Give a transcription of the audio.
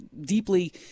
deeply